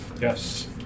Yes